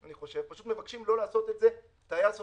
פשוט מבקשים לא לעשות את זה טייס אוטומטי.